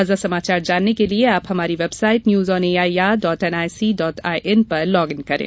ताजा समाचार जानने के लिए आप हमारी website news on A I R dot N I C dot I N पर लॉग इन करें